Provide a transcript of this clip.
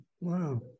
wow